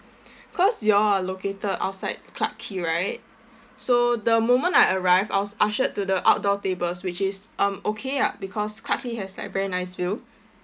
cause you all are located outside clarke quay right so the moment I arrived I was ushered to the outdoor tables which is um okay ah because clarke quay has like very nice view